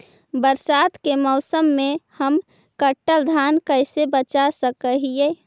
बरसात के मौसम में हम कटल धान कैसे बचा सक हिय?